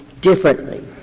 differently